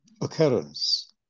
occurrence